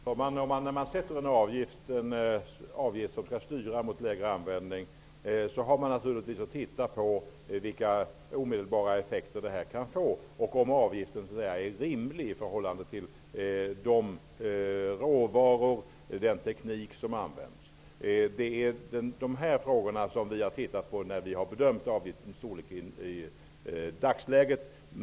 Herr talman! När man skall fastställa en avgift som skall styra mot lägre kadmiumhalter skall man naturligtvis titta på vilka omedelbara effekter den kan få och om avgiften är rimlig i förhållande till de råvaror och den teknik som används. Dessa frågor har vi beaktat när vi har bedömt avgiftens storlek i dagsläget.